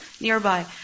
nearby